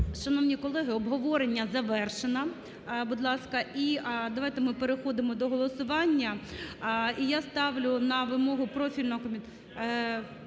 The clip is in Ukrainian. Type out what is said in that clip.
Шановні колеги, обговорення завершено. Будь ласка, і давайте ми переходимо до голосування. І я ставлю на вимогу профільного комітету….